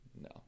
No